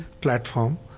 platform